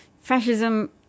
Fascism